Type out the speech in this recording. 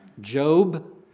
Job